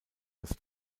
das